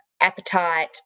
appetite